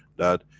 that,